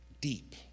deep